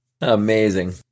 Amazing